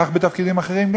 כך גם בתפקידים אחרים.